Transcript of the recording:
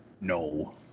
No